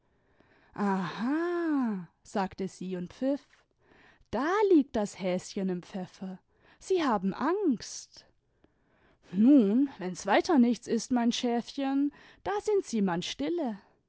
aha sagte sie und pfiff da liegt das häschen im pfeffer sie haben angst nun wenn's weiter nichts ist mein schäfchen da sind sie man stille